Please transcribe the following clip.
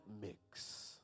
mix